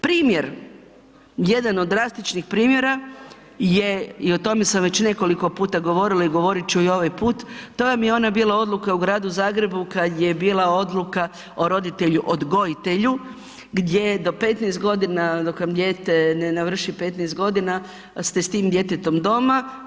Primjer, jedan od drastičnih primjera je, i o tome sam već nekoliko puta govorila i govorit ću i ovaj put, to vam je ona bila odluka u gradu Zagrebu kad je bila odluka o roditelju-odgojitelju gdje je do 15 godina dok vam dijete ne navrši 15 godina ste s tim djetetom doma.